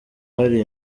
hari